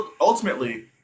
ultimately